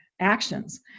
actions